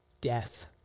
death